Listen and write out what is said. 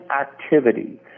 activity